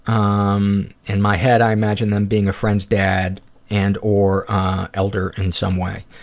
um um in my head, i imagine them being a friend's dad and or elder in some way.